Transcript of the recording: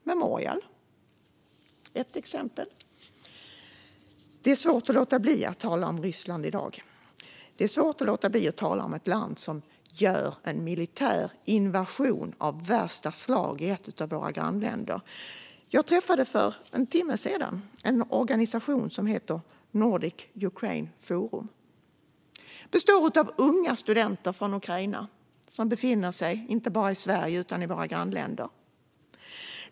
Memorial är ett exempel. Det är svårt att låta bli att tala om Ryssland i dag. Det är svårt att låta bli att tala om ett land som gör en militär invasion av värsta slag i ett av våra grannländer. Jag träffade för en timme sedan en organisation som heter Nordic Ukraine Forum. Den består av unga studenter från Ukraina som befinner sig i Sverige och våra grannländer.